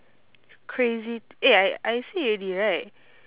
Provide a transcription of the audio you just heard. crazy eh I I say already right